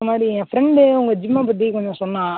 இது மாதிரி என் ஃப்ரண்ட்டு உங்கள் ஜிம்மை பத்தி கொஞ்சம் சொன்னான்